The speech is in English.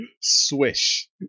swish